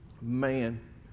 Man